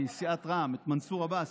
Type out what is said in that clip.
מסיעת רע"מ, את מנסור עבאס